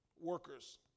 workers